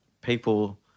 people